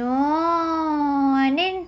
no and then